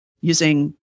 using